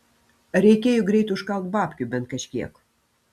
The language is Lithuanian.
reikėjo greit užkalt babkių bent kažkiek